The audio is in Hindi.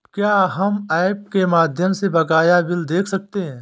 क्या हम ऐप के माध्यम से बकाया बिल देख सकते हैं?